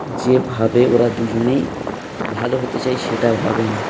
যে ভাবে ওরা দুজনেই ভালো হতে চায় সেটা ভাবে না